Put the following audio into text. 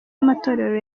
b’amatorero